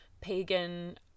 pagan